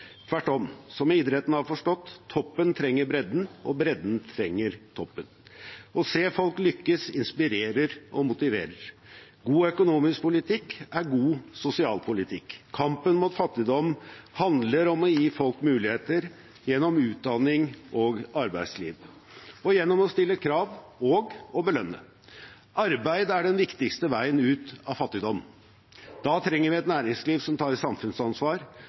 tvert om. Som idretten har forstått: Toppen trenger bredden, og bredden trenger toppen Å se folk lykkes inspirerer og motiverer. God økonomisk politikk er god sosialpolitikk. Kampen mot fattigdom handler om å gi folk muligheter – gjennom utdanning og arbeidsliv og gjennom å stille krav og å belønne. Arbeid er den viktigste veien ut av fattigdom. Da trenger vi et næringsliv som tar samfunnsansvar,